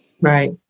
Right